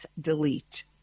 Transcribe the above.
delete